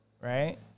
right